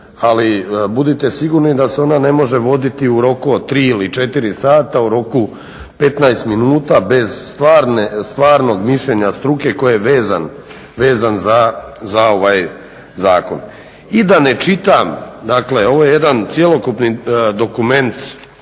ali budite sigurni da se ona ne može voditi u roku od tri ili četiri sata u roku 15 minuta bez stvarnog mišljenja struke koji je vezan za ovaj zakon i da ne čitam, ovo je jedan cjelokupni dokument